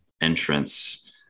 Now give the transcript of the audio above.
entrance